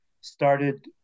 started